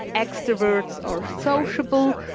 extroverts are sociable,